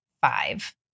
five